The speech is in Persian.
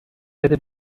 بده